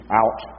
out